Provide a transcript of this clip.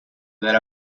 that